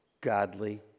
godly